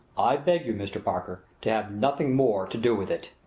i beg you, mr. parker, to have nothing more to do with it!